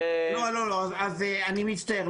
אני מצטער.